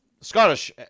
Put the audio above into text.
Scottish